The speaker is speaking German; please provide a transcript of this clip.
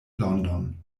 london